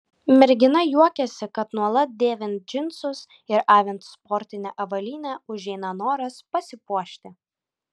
mergina juokiasi kad nuolat dėvint džinsus ir avint sportinę avalynę užeina noras pasipuošti